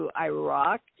Iraq